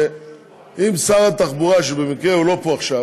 שאם שר התחבורה, שבמקרה הוא לא פה עכשיו